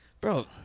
bro